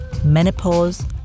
menopause